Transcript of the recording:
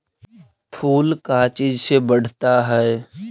फूल का चीज से बढ़ता है?